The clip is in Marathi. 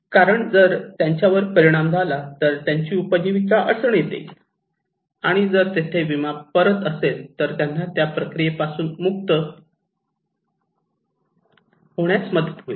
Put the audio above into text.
कारण जर त्यांच्यावर परिणाम झाला तर त्यांची उपजीविका अडचणीत येईल आणि जर तेथे परत विमा असेल तर त्यांना त्या प्रक्रियेपासून मुक्त होण्यास मदत होईल